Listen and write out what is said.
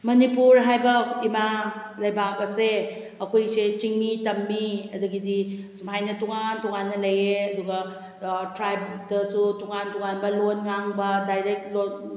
ꯃꯅꯤꯄꯨꯔ ꯍꯥꯏꯕ ꯏꯃꯥ ꯂꯩꯕꯥꯛ ꯑꯁꯦ ꯑꯩꯈꯣꯏꯁꯦ ꯆꯤꯡꯃꯤ ꯇꯝꯃꯤ ꯑꯗꯒꯤꯗꯤ ꯁꯨꯃꯥꯏꯅ ꯇꯣꯉꯥꯟ ꯇꯣꯉꯥꯟꯅ ꯂꯩꯌꯦ ꯑꯗꯨꯒ ꯇ꯭ꯔꯥꯏꯞꯇꯁꯨ ꯇꯣꯉꯥꯟ ꯇꯣꯉꯥꯟꯕ ꯂꯣꯟ ꯉꯥꯡꯕ ꯗꯥꯏꯔꯦꯛ ꯂꯣꯟ